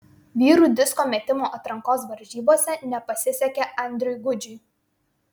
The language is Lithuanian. vyrų disko metimo atrankos varžybose nepasisekė andriui gudžiui